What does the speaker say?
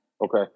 okay